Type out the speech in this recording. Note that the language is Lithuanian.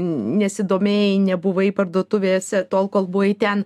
nesidomėjai nebuvai parduotuvėse tol kol buvai ten